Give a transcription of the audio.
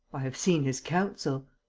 i have seen his counsel.